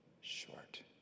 short